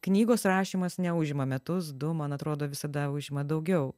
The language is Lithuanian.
knygos rašymas neužima metus du man atrodo visada užima daugiau